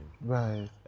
Right